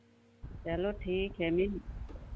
चलो ठीक है मिल